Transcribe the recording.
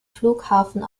flughafen